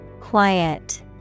Quiet